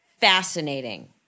fascinating